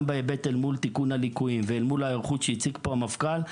בהיבטים של תיקון הליקויים למול ההיערכות שהציג פה המפכ"ל,